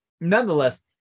nonetheless